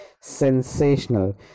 sensational